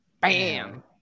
Bam